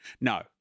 No